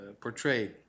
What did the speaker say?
portrayed